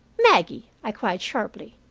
maggie! i cried, sharply.